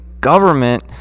government